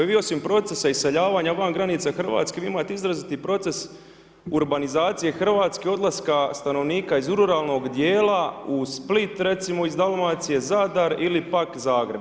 Vi osim procesa iseljavanja van granica Hrvatske vi imate izraziti proces urbanizacije Hrvatske, odlaska stanovnika iz ruralnog dijela u Split recimo iz Dalmacije, Zadar ili pak Zagreb.